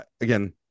again